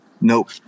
Nope